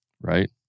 Right